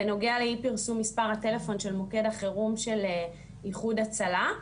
בנוגע לאי פרסום מספר הטלפון של מוקד החירום של איחוד הצלה,